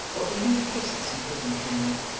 or even to kiss this imprisoned hand,